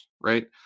right